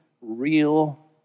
real